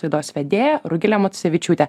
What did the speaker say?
laidos vedėja rugilė matusevičiūtė